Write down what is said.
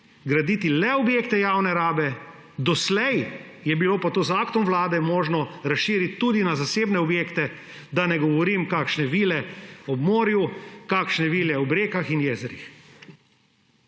graditi le objekte javne rabe, doslej pa je bilo to z aktom vlade možno razširiti tudi na zasebne objekte, da ne govorim, kakšne vile ob morju, kakšne vile ob rekah in jezerih.